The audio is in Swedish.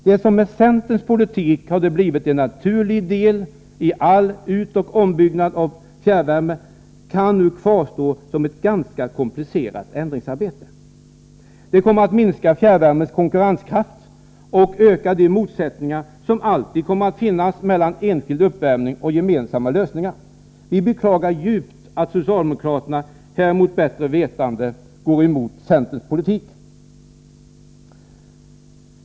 Det som med centerns politik hade blivit i en naturlig del i all utoch ombyggnad av fjärrvärme kan nu kvarstå som ett ganska komplicerat ändringsarbete. Detta kommer att minska fjärrvärmens konkurrenskraft och öka de motsättningar som alltid kommer att finnas mellan enskild uppvärmning och gemensamma lösningar. Vi beklagar djupt att socialdemokraterna mot bättre vetande här går emot centerns politik.